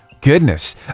Goodness